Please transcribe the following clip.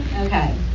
Okay